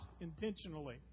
intentionally